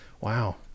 Wow